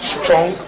strong